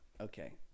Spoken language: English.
Okay